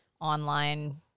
online